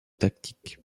tactique